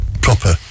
proper